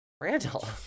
Randall